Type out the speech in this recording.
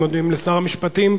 אנחנו מודים לשר המשפטים.